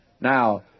Now